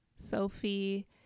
Sophie